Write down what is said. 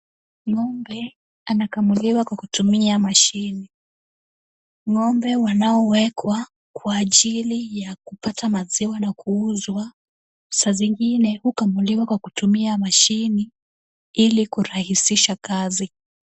Ng'ombe anakamuliwa kwa kutumia mashini . Ng'ombe wanaowekwa kwa ajili ya kupata maziwa na kuuzwa saa zingine hukamuliwa kwa kutumia mashini ili kurahisisha kazi.